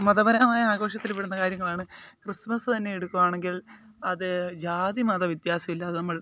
മതപരമായ ആഘോഷത്തിൽ പെടുന്ന കാര്യങ്ങളാണ് ക്രിസ്മസ് തന്നെ എടുക്കുകയാണെങ്കിൽ അത് ജാതി മത വ്യത്യാസമില്ലാതെ നമ്മൾ